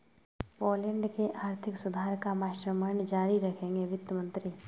Poland के आर्थिक सुधार का मास्टरमाइंड जारी रखेंगे वित्त मंत्री